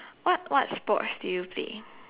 what what sports do you play